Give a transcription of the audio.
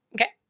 okay